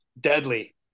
deadly